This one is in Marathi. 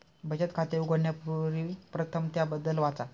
बचत खाते उघडण्यापूर्वी प्रथम त्याबद्दल वाचा